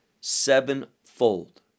sevenfold